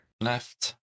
Left